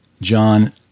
John